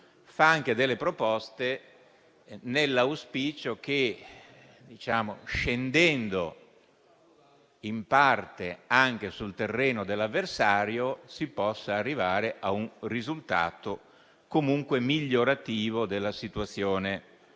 fa anche proposte nell'auspicio che, scendendo in parte anche sul terreno dell'avversario, si possa arrivare a un risultato comunque migliorativo della situazione